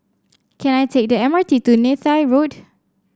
can I take the M R T to Neythai Road